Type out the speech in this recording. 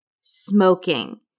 smoking